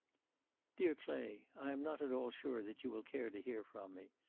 dear clay i am not at all sure that you will care to hear from me.